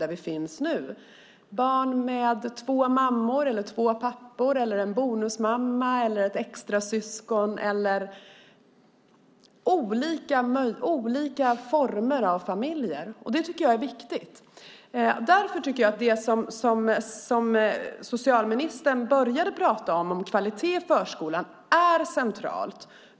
Det är barn som har två mammor eller två pappor, en bonusmamma eller ett extrasyskon - olika former av familjer. Jag tycker att det är viktigt. Det är därför jag tycker att det socialministern började prata om, kvalitet i förskolan, är centralt.